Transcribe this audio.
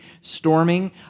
storming